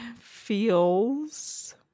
feels